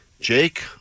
Jake